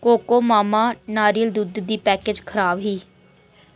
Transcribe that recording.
Cocomama नारियल दुद्ध दी पैकेज खराब ही